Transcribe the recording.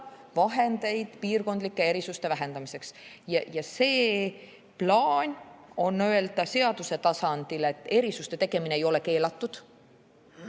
vahendeid piirkondlike erisuste vähendamiseks ja plaan on öelda seaduse tasandil, et erisuste tegemine ei ole keelatud.